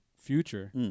future